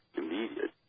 immediate